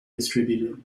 distributed